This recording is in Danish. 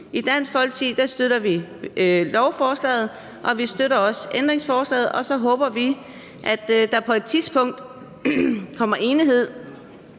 I Dansk Folkeparti støtter vi lovforslaget, og vi støtter også ændringsforslaget. Og så håber vi, at der på et tidspunkt kommer enighed